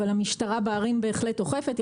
אבל המשטרה בערים בהחלט אוכפת,